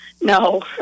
No